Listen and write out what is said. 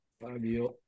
Fabio